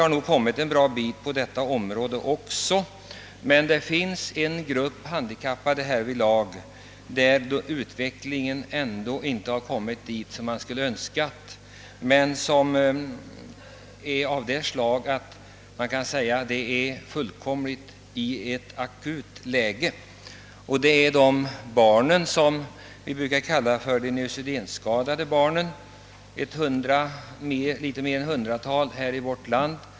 Vi har kommit en bra bit på detta område, men för en grupp handikappade har utvecklingen inte nått så långt som man skulle önskat. Det är en grupp som befinner sig i ett akut läge, nämligen de barn som vi brukar kalla de neurosedynskadade — till antalet något över ett hundratal, i vårt land.